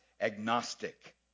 agnostic